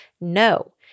No